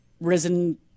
risen